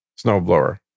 snowblower